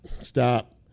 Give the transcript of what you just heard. stop